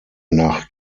nach